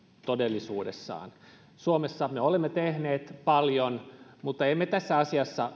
todellisuudessaan suomessa me olemme tehneet paljon mutta emme tässä asiassa